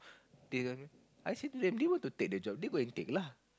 then I say to them they want to take the job they go and take lah